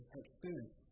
experience